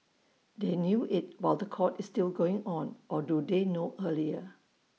they knew IT while The Court is still going on or do they know earlier